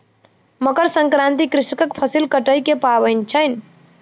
मकर संक्रांति कृषकक फसिल कटै के पाबैन अछि